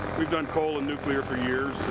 we've done coal and nuclear for years.